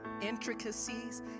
intricacies